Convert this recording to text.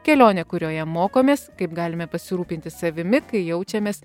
kelionė kurioje mokomės kaip galime pasirūpinti savimi kai jaučiamės